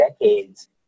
decades